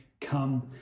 come